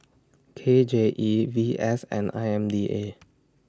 K J E V S and I M D A